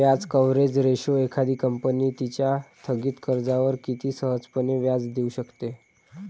व्याज coverage ratio एखादी company तिच्या थकित कर्जावर किती सहजपणे व्याज देऊ शकते